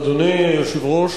אדוני היושב-ראש,